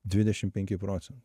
dvidešim penki procentai